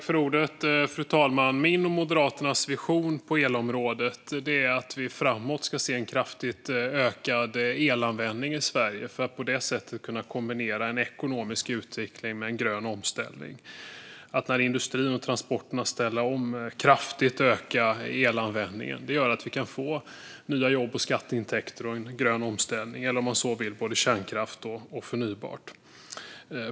Fru talman! Min och Moderaternas vision på elområdet är att vi framöver ska se en kraftigt ökad elanvändning i Sverige för att på det sättet kunna kombinera ekonomisk utveckling med en grön omställning. Att när industrin och transporterna ställer om kraftigt öka elanvändningen gör att vi kan få nya jobb och skatteintäkter och en grön omställning - eller, om man så vill, både kärnkraft och förnybart.